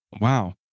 Wow